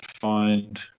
find